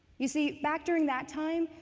you see, back during that time,